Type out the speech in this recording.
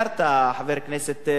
חבר הכנסת נסים זאב,